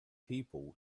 people